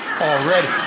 already